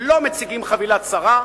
לא מציגים חבילה צרה,